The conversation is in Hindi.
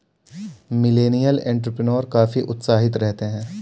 मिलेनियल एंटेरप्रेन्योर काफी उत्साहित रहते हैं